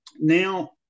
Now